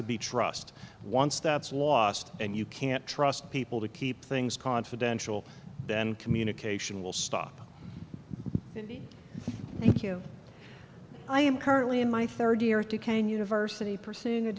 to be trust once that's lost and you can't trust people to keep things confidential then communication will stop you i am currently in my third year to can university pursuing a